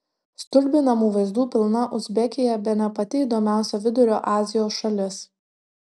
stulbinamų vaizdų pilna uzbekija bene pati įdomiausia vidurio azijos šalis